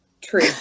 true